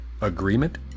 agreement